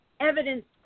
Evidence